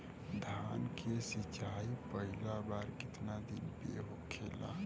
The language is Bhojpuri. धान के सिचाई पहिला बार कितना दिन पे होखेला?